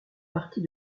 partie